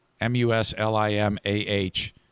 M-U-S-L-I-M-A-H